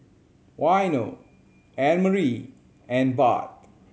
Waino Annemarie and Bart